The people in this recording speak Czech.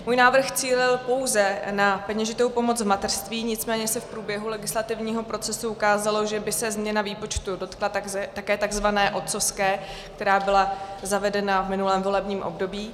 Můj návrh cílil pouze na peněžitou pomoc v mateřství, nicméně se v průběhu legislativního procesu ukázalo, že by se změna výpočtu dotkla také takzvané otcovské, která byla zavedena v minulém volebním období.